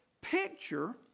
picture